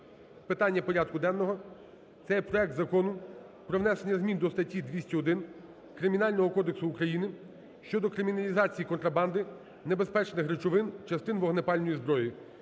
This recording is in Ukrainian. питання порядку денного – це є проект Закону про внесення змін до статті 201 Кримінального кодексу України щодо криміналізації контрабанди небезпечних речовин, частин вогнепальної зброї.